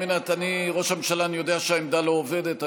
ראש הממשלה, אני יודע שהעמדה לא עובדת.